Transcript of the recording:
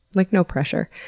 like, no pressure.